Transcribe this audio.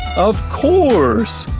of course,